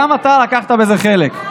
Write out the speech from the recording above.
גם אתה לקחת בזה חלק.